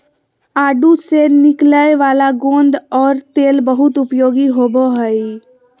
आडू से निकलय वाला गोंद और तेल बहुत उपयोगी होबो हइ